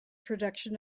production